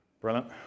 Brilliant